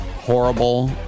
Horrible